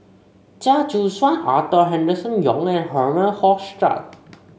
Chia Choo Suan Arthur Henderson Young and Herman Hochstadt